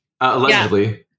Allegedly